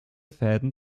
fäden